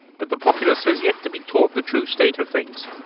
but the populace has yet to be taught the true state of things.